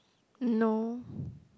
no